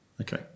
Okay